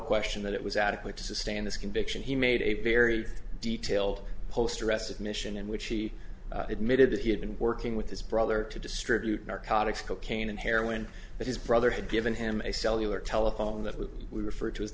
question that it was adequate to sustain this conviction he made a very detailed post arrest admission in which he admitted that he had been working with his brother to distribute narcotics cocaine and heroin that his brother had given him a cellular telephone that we refer to as